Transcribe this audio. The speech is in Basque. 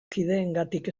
kideengatik